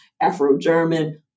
Afro-German